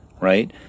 right